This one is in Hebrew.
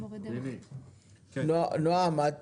נעם, את